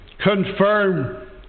Confirm